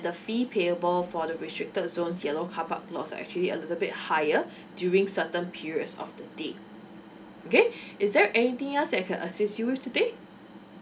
the fee payable for the restricted zones yellow carpark lots are actually a little bit higher during certain periods of the day okay is there anything else I can assist you with today